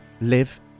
live